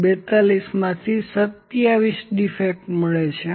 અને 42 માંથી 27 ડીફેક્ટ મળે છે